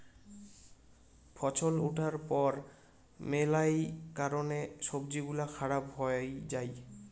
ফছল উঠার পর মেলহাই কারণে সবজি গুলা খারাপ হই যাই